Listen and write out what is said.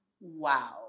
Wow